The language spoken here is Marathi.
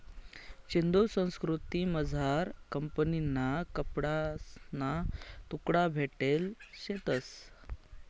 सिंधू संस्कृतीमझार कपाशीना कपडासना तुकडा भेटेल शेतंस